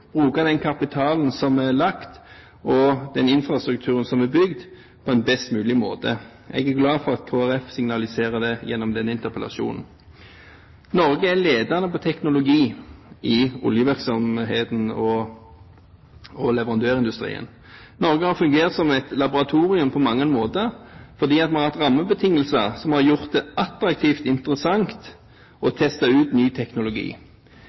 bruke den kapitalen som er lagt og den infrastrukturen som er bygd, på en best mulig måte. Jeg er glad for at Kristelig Folkeparti signaliserer det gjennom denne interpellasjonen. Norge er ledende på teknologi i oljevirksomheten og i leverandørindustrien. Norge har på mange måter fungert som et laboratorium, fordi vi har hatt rammebetingelser som har gjort det attraktivt, interessant, å teste ut ny teknologi.